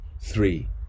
three